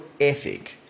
ethic